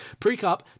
Precup